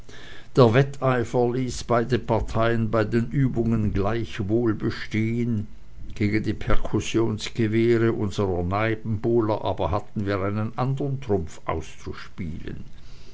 der wetteifer ließ beide parteien bei den übungen gleich wohl bestehen gegen die perkussionsgewehre unserer nebenbuhler aber hatten wir einen andern trumpf auszuspielen